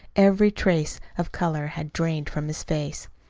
every trace of color had drained from his face.